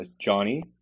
Johnny